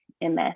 MS